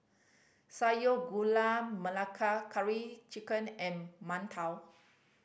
Gula Melaka Curry Chicken and mantou